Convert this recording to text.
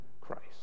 Christ